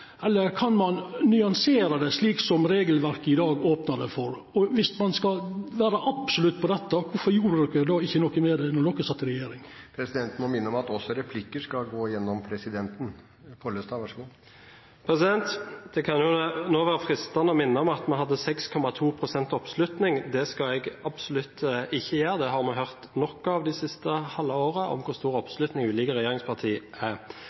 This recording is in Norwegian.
eller kan ein nyansera det slik regelverket i dag opnar for? Og viss ein skal vera absolutt på dette, kvifor gjorde de ikkje noko med dette, då de satt i regjering? Presidenten må minne om at også replikker skal gå gjennom presidenten. Det kan jo nå være fristende å minne om at vi hadde 6,2 pst. oppslutning. Det skal jeg absolutt ikke gjøre. Det siste halve året har vi hørt nok om hvor stor